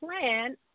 plan